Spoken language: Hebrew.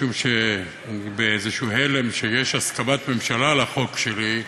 משום שאני באיזשהו הלם שיש הסכמת ממשלה לחוק שלי,